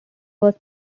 was